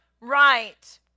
right